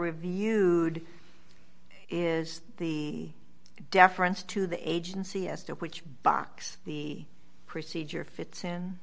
reviewed is the deference to the agency as to which box the procedure fits in